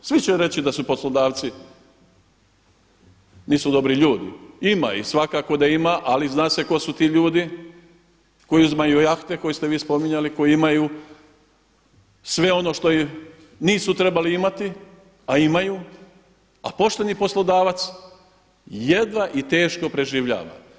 Svi će reći da su poslodavci, nisu dobri ljudi, ima ih, svakako da ima ali zna se tko su ti ljudi koji uzimaju jahte koje ste vi spominjali koji imaju sve što ono i nisu trebali imati a imaju a pošteni poslodavac jedva i teško preživljava.